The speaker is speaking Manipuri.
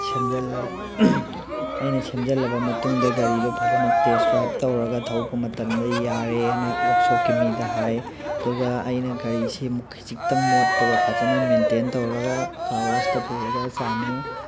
ꯁꯦꯝꯖꯜꯂ ꯑꯩꯅ ꯁꯦꯝꯖꯜꯂꯕ ꯃꯇꯨꯡꯗ ꯒꯥꯔꯤꯗꯣ ꯐꯖꯅ ꯇꯦꯁ ꯗ꯭ꯔꯥꯏꯞ ꯇꯧꯔꯒ ꯊꯧꯕ ꯃꯇꯝꯗ ꯌꯥꯔꯦꯅ ꯋꯥꯛꯁꯣꯞꯀꯤ ꯃꯤꯗ ꯍꯥꯏ ꯑꯗꯨꯒ ꯑꯩꯅ ꯒꯥꯔꯤꯁꯤ ꯑꯃꯨꯛ ꯈꯤꯖꯤꯛꯇꯪ ꯃꯣꯠꯄꯒ ꯐꯖꯅ ꯃꯦꯟꯇꯦꯟ ꯇꯧꯔꯒ ꯀꯥꯔ ꯋꯥꯁꯇ ꯄꯨꯔꯒ ꯆꯥꯝꯃꯤ